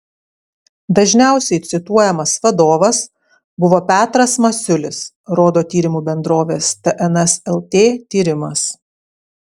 dažniausiai cituojamas vadovas buvo petras masiulis rodo tyrimų bendrovės tns lt tyrimas